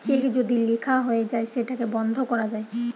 check যদি লিখা হয়ে যায় সেটাকে বন্ধ করা যায়